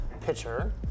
pitcher